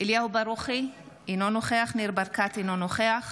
אליהו ברוכי, אינו נוכח ניר ברקת, אינו נוכח